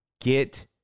Get